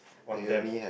on them